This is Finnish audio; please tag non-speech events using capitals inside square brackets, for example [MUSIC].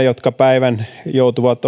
[UNINTELLIGIBLE] jotka useissakin tapauksissa päivän joutuvat [UNINTELLIGIBLE]